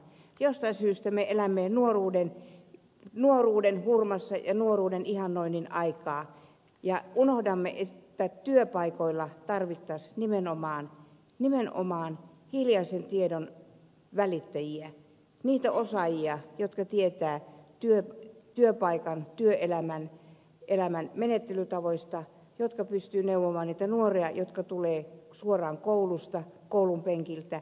jostain syystä me elämme nuoruuden hurmassa ja nuoruuden ihannoinnin aikaa ja unohdamme että työpaikoilla tarvittaisiin nimenomaan hiljaisen tiedon välittäjiä niitä osaajia jotka tietävät työpaikan ja työelämän menettelytavoista jotka pystyvät neuvomaan niitä nuoria jotka tulevat suoraan koulunpenkiltä